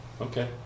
okay